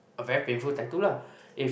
a very painful tattoo lah if